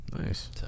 Nice